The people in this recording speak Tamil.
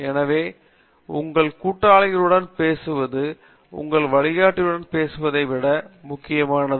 எனவே உங்கள் கூட்டாளிகளுடன் பேசுவது உங்கள் வழிகாட்டியுடன் பேசுவதைவிட மிக முக்கியமானது